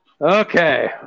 Okay